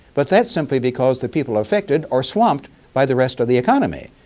but that's simply because the people affected are swamped by the rest of the economy.